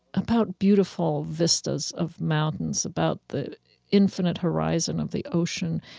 about beautiful vistas of mountains, about the infinite horizon of the ocean.